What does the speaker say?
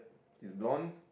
is blonde